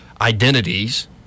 identities